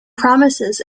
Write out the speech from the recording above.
promises